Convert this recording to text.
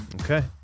Okay